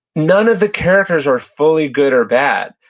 none of the characters are fully good or bad.